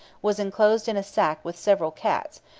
was enclosed in a sack with several cats,